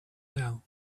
now